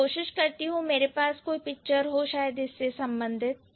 मैं कोशिश करती हूं कि मेरे पास कोई पिक्चर हो इससे संबंधित